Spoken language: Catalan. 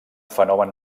fenomen